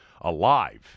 alive